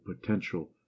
potential